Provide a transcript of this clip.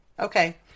Okay